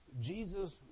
Jesus